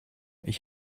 ich